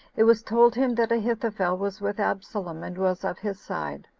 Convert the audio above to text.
it was told him that ahithophel was with absalom, and was of his side.